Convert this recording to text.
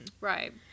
Right